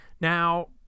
Now